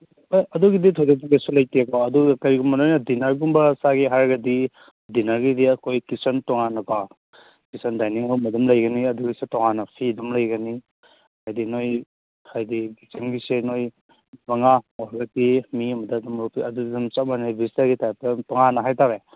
ꯍꯣꯏ ꯑꯗꯨꯒꯤꯗꯤ ꯊꯣꯏꯗꯣꯛꯄ ꯀꯩꯁꯨ ꯂꯩꯇꯦꯀꯣ ꯑꯗꯨꯒ ꯀꯩꯒꯨꯝꯕ ꯅꯣꯏꯅ ꯗꯤꯟꯅꯔꯒꯨꯝꯕ ꯆꯥꯒꯦ ꯍꯥꯏꯔꯒꯗꯤ ꯗꯤꯟꯅꯔꯒꯤꯗꯤ ꯑꯩꯈꯣꯏ ꯀꯤꯠꯆꯟ ꯇꯣꯉꯥꯟꯅꯀꯣ ꯀꯤꯠꯆꯟ ꯗꯥꯏꯅꯤꯡ ꯔꯨꯝ ꯑꯗꯨꯝ ꯂꯩꯒꯅꯤ ꯑꯗꯨꯒꯤꯁꯨ ꯇꯣꯉꯥꯟꯅ ꯐꯤ ꯑꯗꯨꯝ ꯂꯩꯒꯅꯤ ꯍꯥꯏꯗꯤ ꯅꯣꯏ ꯍꯥꯏꯗꯤ ꯀꯤꯠꯆꯟꯒꯤꯁꯦ ꯅꯣꯏ ꯃꯉꯥ ꯑꯗꯨꯗꯤ ꯃꯤ ꯑꯃꯗ ꯑꯗꯨꯝ ꯑꯗꯨꯗꯤ ꯑꯗꯨꯝ ꯆꯞ ꯃꯥꯟꯅꯩ ꯕꯨꯁꯇꯔꯒꯤ ꯇꯥꯏꯄꯇ ꯇꯣꯉꯥꯟꯅ ꯍꯥꯏꯇꯥꯔꯦ